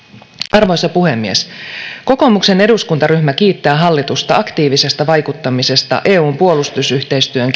arvoisa puhemies kokoomuksen eduskuntaryhmä kiittää hallitusta aktiivisesta vaikuttamisesta eun puolustusyhteistyön